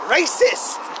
Racist